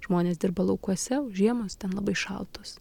žmonės dirba laukuose o žiemos ten labai šaltos